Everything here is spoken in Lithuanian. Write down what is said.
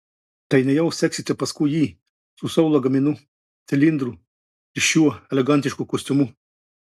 tai nejau seksite paskui jį su savo lagaminu cilindru ir šiuo elegantišku kostiumu